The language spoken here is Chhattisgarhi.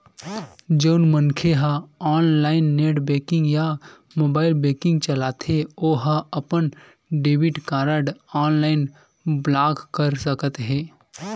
जउन मनखे ह ऑनलाईन नेट बेंकिंग या मोबाईल बेंकिंग चलाथे ओ ह अपन डेबिट कारड ऑनलाईन ब्लॉक कर सकत हे